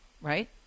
right